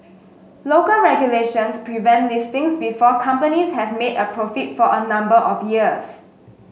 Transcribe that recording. local regulations prevent listings before companies have made a profit for a number of years